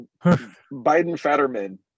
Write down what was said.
Biden-Fetterman